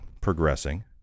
progressing